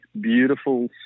beautiful